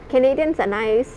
canadians are nice